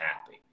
happy